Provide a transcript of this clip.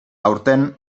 aurten